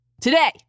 today